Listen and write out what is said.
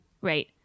Right